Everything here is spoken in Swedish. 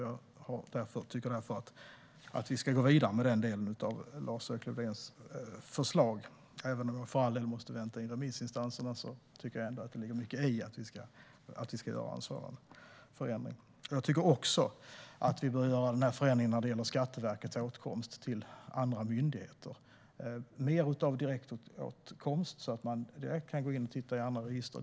Jag tycker därför att vi ska gå vidare med den delen av Lars-Erik Lövdéns förslag. Även om vi för all del måste vänta in remissinstanserna ligger det ändå mycket i att vi ska göra en sådan förändring. Vi bör också göra en förändring när det gäller Skatteverkets åtkomst till uppgifter hos andra myndigheter. Det bör vara mer av direktåtkomst så att man direkt kan gå in och titta i andra register.